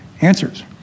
answers